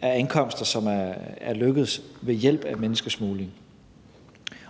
er ankomster, som er lykkedes ved hjælp af menneskesmugling.